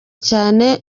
cyane